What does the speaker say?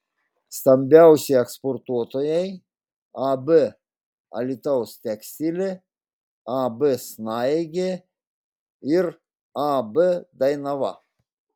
stambiausi eksportuotojai ab alytaus tekstilė ab snaigė ir ab dainava